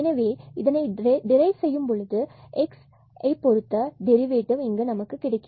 எனவே இதை டிரைவ் செய்யும்பொழுது x பொருத்த டெரிவேட்டிவ் கிடைக்கிறது